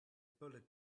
bullet